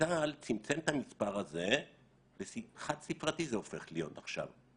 וצה"ל צמצם את המספר הזה וחד ספרתי זה הופך להיות עכשיו,